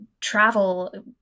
travel